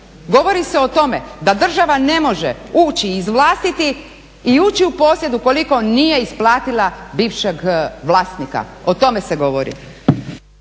Govori se o tome da država ne može ući iz vlastitih i ući u posjed ukoliko nije isplatila bivšeg vlasnika, o tome se govori.